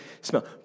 smell